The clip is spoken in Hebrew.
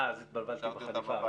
אה, אז התבלבלתי בחליפה.